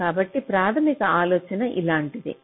కాబట్టి ప్రాథమిక ఆలోచన ఇలాంటిదే